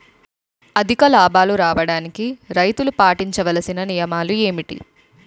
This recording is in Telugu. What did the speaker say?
అధిక లాభాలు రావడానికి రైతులు పాటించవలిసిన నియమాలు ఏంటి